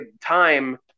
time